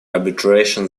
arbitration